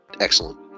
excellent